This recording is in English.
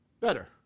better